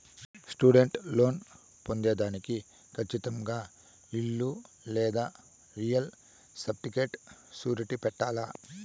student loan పొందేదానికి కచ్చితంగా ఇల్లు లేదా రియల్ సర్టిఫికేట్ సూరిటీ పెట్టాల్ల